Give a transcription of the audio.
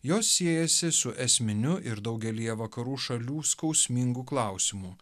jos siejasi su esminiu ir daugelyje vakarų šalių skausmingu klausimu